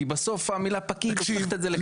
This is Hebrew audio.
בסוף המילה פקיד הופכת את זה לקצת --- תקשיב,